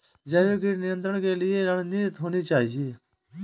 जैविक कीट नियंत्रण के लिए क्या रणनीतियां होनी चाहिए?